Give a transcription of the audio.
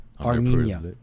Armenia